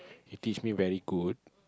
he teach me very good